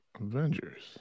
Avengers